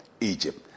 Egypt